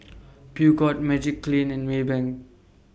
Peugeot Magiclean and Maybank